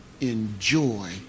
enjoy